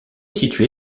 situé